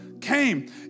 came